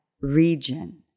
region